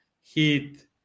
Heat